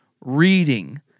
reading